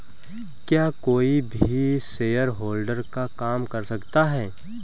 क्या कोई भी शेयरहोल्डर का काम कर सकता है?